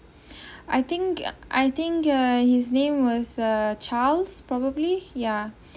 I think I think ah his name was ah charles probably yeah